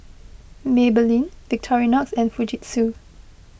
Maybelline Victorinox and Fujitsu